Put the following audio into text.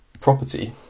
property